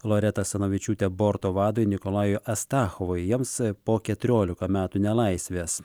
loretą asanavičiūtę borto vadui nikolajui astachovai jiems po keturiolika metų nelaisvės